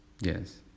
Yes